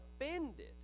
offended